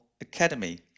academy